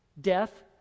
death